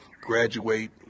graduate